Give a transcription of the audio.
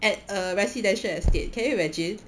at a residential estate can you imagine